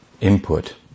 input